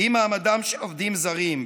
אם מעמדם של עובדים זרים,